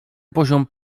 poziom